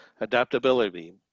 adaptability